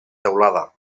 teulada